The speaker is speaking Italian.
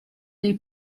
dei